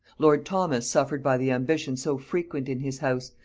lord thomas suffered by the ambition so frequent in his house,